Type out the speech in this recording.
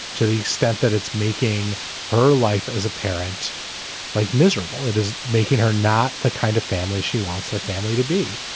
to the extent that it's making her life as a parent like miserable, it is making her not the kind of family she wants her family to be.